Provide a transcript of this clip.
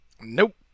Nope